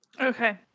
Okay